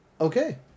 Okay